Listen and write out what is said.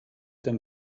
them